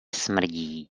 smrdí